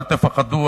אל תפחדו,